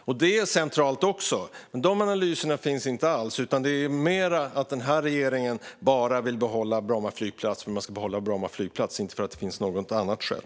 Det är också centralt, men de analyserna finns inte alls. Det är mer att den här regeringen vill behålla Bromma flygplats bara för att behålla Bromma flygplats, inte för att det finns något annat skäl.